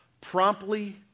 promptly